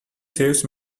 saves